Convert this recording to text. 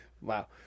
wow